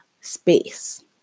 space